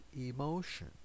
emotion